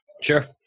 Sure